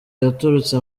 yaturutse